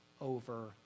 over